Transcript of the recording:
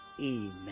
amen